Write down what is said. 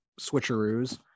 switcheroos